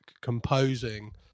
composing